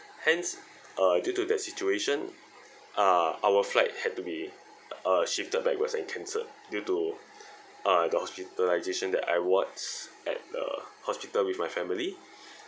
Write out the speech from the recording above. hence uh due to that situation uh our flight had to be uh shifted backwards and cancelled due to uh the hospitalisation that I wards at the hospital with my family